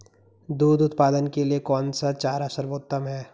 दूध उत्पादन के लिए कौन सा चारा सर्वोत्तम है?